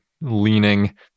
leaning